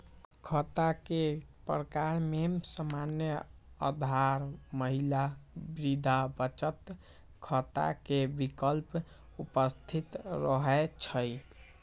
खता के प्रकार में सामान्य, आधार, महिला, वृद्धा बचत खता के विकल्प उपस्थित रहै छइ